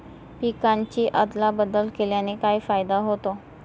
पिकांची अदला बदल केल्याने काय फायदा होतो?